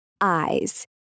Eyes